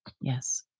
Yes